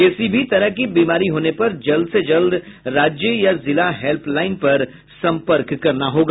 किसी भी तरह की बीमारी होने पर जल्द से जल्द राज्य या जिला हेल्पलाइन पर सम्पर्क करना होगा